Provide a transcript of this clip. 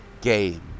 game